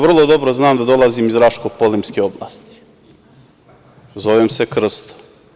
Vrlo dobro znam da dolazim iz Raško-Polimske oblasti, zovem se Krsto.